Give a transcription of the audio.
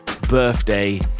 birthday